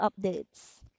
updates